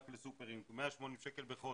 רק לסופרים 180 שקל בחודש,